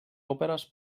òperes